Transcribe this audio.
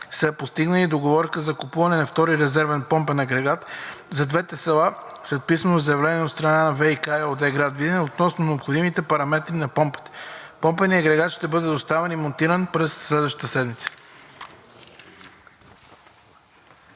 са постигнали договорка за купуване на втори резервен помпен агрегат за двете села след писмено заявление от страна на ВиК ЕООД – град Видин, относно необходимите параметри на помпата. Помпеният агрегат ще бъде доставен и монтиран през следващата седмица.